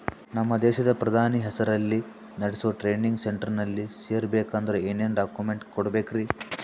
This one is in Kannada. ನಮ್ಮ ದೇಶದ ಪ್ರಧಾನಿ ಹೆಸರಲ್ಲಿ ನೆಡಸೋ ಟ್ರೈನಿಂಗ್ ಸೆಂಟರ್ನಲ್ಲಿ ಸೇರ್ಬೇಕಂದ್ರ ಏನೇನ್ ಡಾಕ್ಯುಮೆಂಟ್ ಕೊಡಬೇಕ್ರಿ?